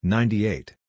Ninety-eight